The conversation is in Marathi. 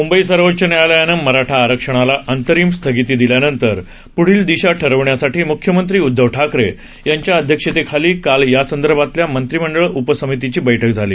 मुंबई सर्वोच्च न्यायालयानं मराठा आरक्षणाला अंतरिम स्थगिती दिल्यानंतर पुढील दिशा ठरविण्यासाठी मुख्यमंत्री उद्धव ठाकरे यांच्या अध्यक्षतेखाली काल यासंदर्भातील मंत्रिमंडळ उपसमितीची बैठक झाली